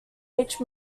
each